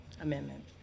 amendment